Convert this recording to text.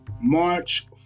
March